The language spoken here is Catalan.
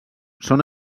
són